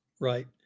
Right